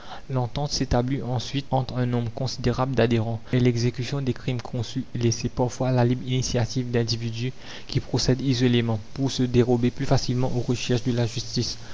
l'entente s'établit ensuite entre un nombre considérable d'adhérents et l'exécution des crimes conçus est laissée parfois à la libre initiative d'individus qui procèdent isolément pour se dérober plus facilement aux recherches de la justice